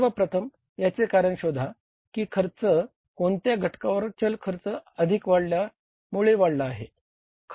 सर्व प्रथम याचे कारण शोधा की खर्च कोणत्या घटकांवर चल खर्च अधिक वाढल्यामुळे वाढला आहे